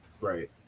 right